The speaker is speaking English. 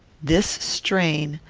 this strain,